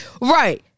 right